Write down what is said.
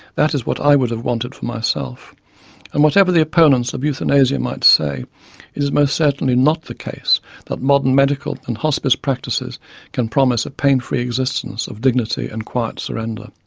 that is what i would have wanted for myself and whatever the opponents of euthanasia might say, it is most certainly not the case that modern medical and hospice practices can promise a pain free existence of dignity and quiet surrender.